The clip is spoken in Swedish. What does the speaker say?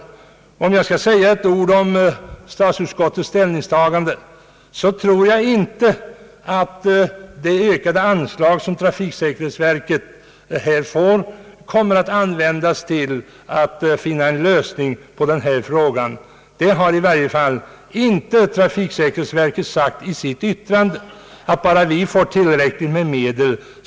Men om jag skall säga ett par ord om statsutskottets ställningstagande så är det min uppfattning att det ökade anslag som trafiksäkerhetsverket nu får inte kommer att användas till att åstadkomma en lösning av den här frågan. Något sådant har trafiksäkerhetsverket i varje fall inte sagt i sitt yttrande.